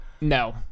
no